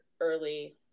early